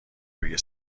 روی